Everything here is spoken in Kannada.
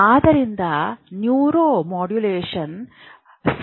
ಆದ್ದರಿಂದ ನ್ಯೂರೋ ಮಾಡ್ಯುಲೇಷನ್ ಸಿಗ್ನಲಿಂಗ್ ಆಗಿದೆ